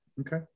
Okay